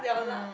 mm